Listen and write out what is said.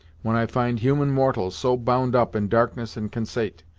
when i find human mortals so bound up in darkness and consait,